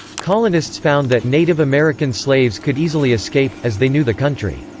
colonists found that native american slaves could easily escape, as they knew the country.